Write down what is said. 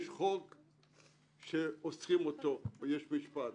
יש משפט.